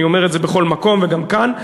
אני אומר את זה בכל מקום וגם כאן,